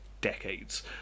decades